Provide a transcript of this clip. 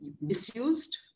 misused